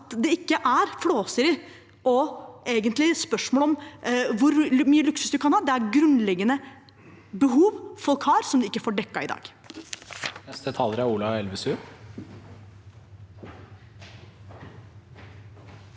er ikke flåseri og spørsmål om hvor mye luksus en kan ha. Dette er grunnleggende behov folk har, som de ikke får dekket i dag.